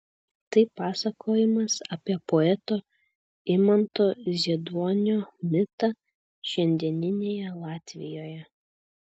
tai pasakojimas apie poeto imanto zieduonio mitą šiandieninėje latvijoje